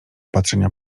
patrzenia